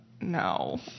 no